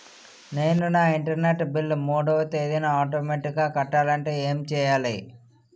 నేను నా internet bill మూడవ తేదీన ఆటోమేటిగ్గా కట్టాలంటే ఏం చేయాలి?